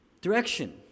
direction